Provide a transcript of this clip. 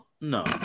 no